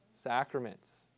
Sacraments